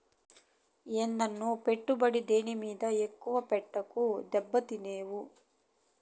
ఏందన్నో, పెట్టుబడి దేని మీదైనా ఎక్కువ పెట్టబాకు, దెబ్బతినేవు